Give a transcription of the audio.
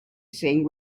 seeing